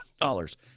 dollars